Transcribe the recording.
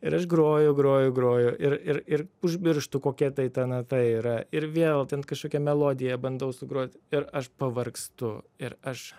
ir aš groju groju groju ir ir ir užmirštu kokia tai ta nata yra ir vėl ten kažkokią melodiją bandau sugrot ir aš pavargstu ir aš